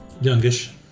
Youngish